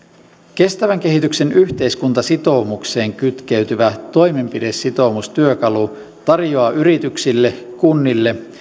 kestävän kehityksen yhteiskuntasitoumukseen kytkeytyvä toimenpidesitoumustyökalu tarjoaa yrityksille kunnille